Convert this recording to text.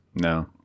No